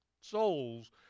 souls